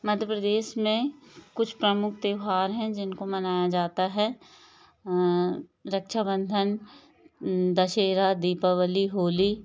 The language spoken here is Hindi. मध्य प्रदेश में कुछ प्रमुख त्यौहार है जिनको मनाया जाता है रक्षाबंधन दशहरा दीपावली होली